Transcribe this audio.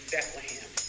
Bethlehem